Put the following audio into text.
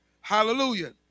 Hallelujah